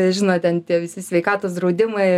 žinot ten tie visi sveikatos draudimai ir